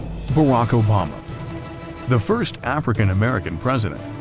barack obama the first african-american president,